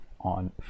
on